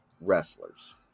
wrestlers